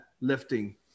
lifting